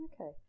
okay